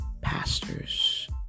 pastors